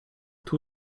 two